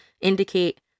indicate